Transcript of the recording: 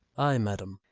ay, madam.